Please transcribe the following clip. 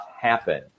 happen